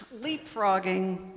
leapfrogging